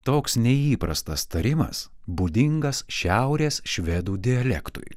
toks neįprastas tarimas būdingas šiaurės švedų dialektui